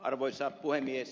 arvoisa puhemies